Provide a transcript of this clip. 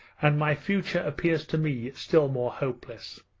and my future appears to me still more hopeless.